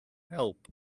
help